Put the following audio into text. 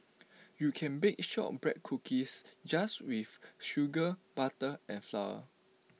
you can bake Shortbread Cookies just with sugar butter and flour